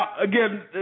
Again